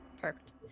Perfect